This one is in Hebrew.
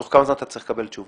תוך כמה זמן אתה מקבל תשובה?